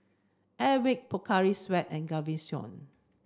Airwick Pocari Sweat and Gaviscon